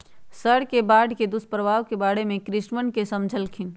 sir ने बाढ़ के दुष्प्रभाव के बारे में कृषकवन के समझल खिन